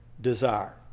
desire